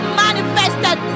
manifested